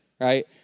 right